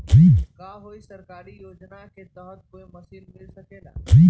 का कोई सरकारी योजना के तहत कोई मशीन मिल सकेला?